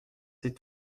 c’est